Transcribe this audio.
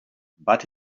but